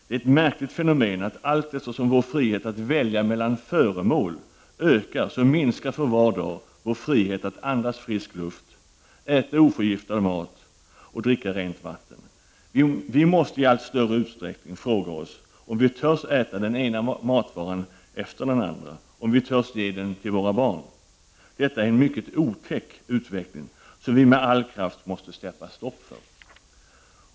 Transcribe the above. Det är ett märkligt fenomen att allteftersom vår frihet att välja mellan föremål ökar så minskar för var dag vår frihet att andas frisk luft, äta oförgiftad mat och dricka rent vatten. Vi måste i allt större utsträckning fråga oss om vi törs äta den ena matvaran efter den andra och om vi törs ge den till våra barn. Detta är en mycket otäck utveckling som vi med all kraft måste sätta stopp för.